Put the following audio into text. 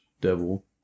devil